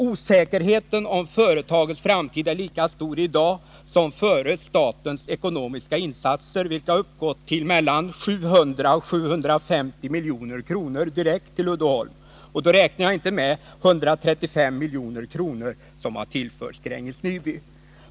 Osäkerheten om företagets framtid är lika stor i dag som före statens ekonomiska insatser, vilka uppgått till mellan 700 och 750 milj.kr. direkt till Uddeholm. Då räknar jag inte med 135 milj.kr. som har tillförts Gränges Nyby.